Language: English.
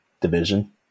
division